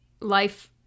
life